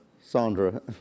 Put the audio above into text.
Sandra